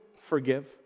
forgive